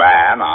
Man